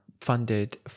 funded